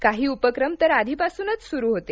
काही उपक्रम तर आधीपासून सुरू होते